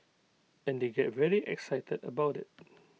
and they get very excited about IT